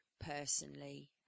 personally